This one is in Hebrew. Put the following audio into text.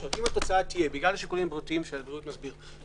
בגלל השיקולים המהותיים שהבריאות מסביר,